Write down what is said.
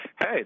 Hey